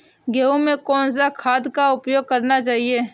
गेहूँ में कौन सा खाद का उपयोग करना चाहिए?